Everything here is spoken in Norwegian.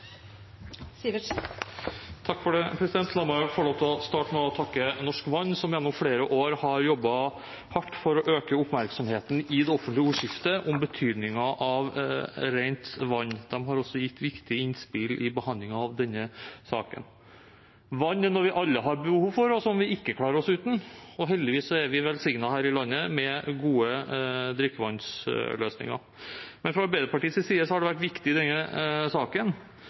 La meg få lov til å starte med å takke Norsk Vann, som gjennom flere år har jobbet hardt for å øke oppmerksomheten i det offentlige ordskiftet om betydningen av rent vann. De har også gitt viktige innspill i behandlingen av denne saken. Vann er noe vi alle har behov for, og som vi ikke klarer oss uten. Heldigvis er vi her i landet velsignet med gode drikkevannsløsninger. Men fra Arbeiderpartiets side har det vært viktig i denne saken